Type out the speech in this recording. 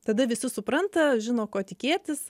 tada visi supranta žino ko tikėtis